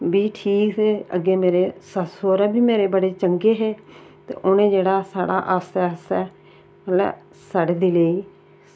बी ठीक हे सस्स सौह्रा बी मेरे चंगे हे ते उनें साढ़ा जेह्ड़ा आस्तै आस्तै उने सुधरदी गेई